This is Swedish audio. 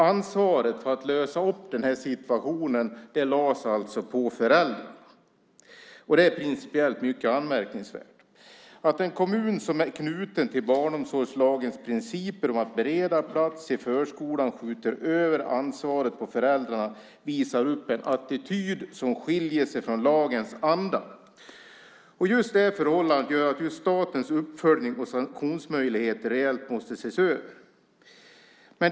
Ansvaret för att lösa situationen lades alltså på föräldrarna. Det är principiellt mycket anmärkningsvärt. Att en kommun som är knuten till barnomsorgslagens principer om att bereda plats i förskolan skjuter över ansvaret på föräldrarna visar på en attityd som skiljer sig från lagens anda. Just detta förhållande gör att statens uppföljning och sanktionsmöjligheter måste ses över rejält.